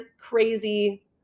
crazy